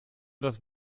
das